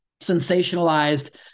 sensationalized